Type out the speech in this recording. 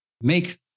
make